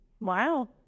Wow